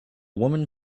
woman